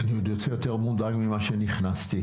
אני יוצא יוצר מודאג ממנה שנכנסתי.